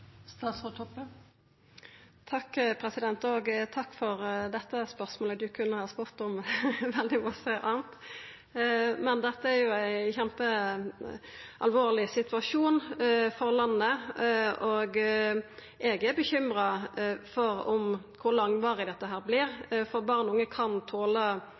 Takk for dette spørsmålet. Representanten kunne ha spurt om veldig mykje anna. Dette er ein kjempealvorleg situasjon for landet, og eg er bekymra for kor langvarig dette vert. Barn og unge kan